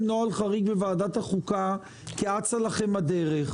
נוהל חריג בוועדת החוקה כי אצה לכם הדרך.